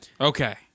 Okay